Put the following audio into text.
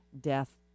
Death